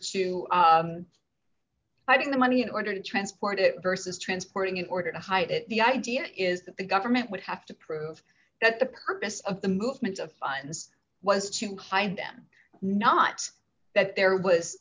mean the money in order to transport it versus transporting in order to hide it the idea is that the government would have to prove that the purpose of the movement of funds was to hide them not that there was